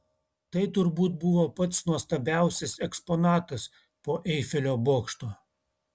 tai turbūt buvo pats nuostabiausias eksponatas po eifelio bokšto